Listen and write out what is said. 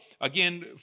again